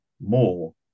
more